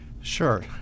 sure